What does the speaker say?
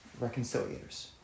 reconciliators